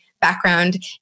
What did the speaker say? background